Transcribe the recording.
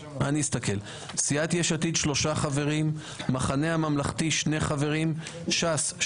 סיעת יש עתיד שלושה חברים; המחנה הממלכתי שני חברים; ש"ס,